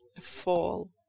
fall